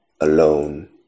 alone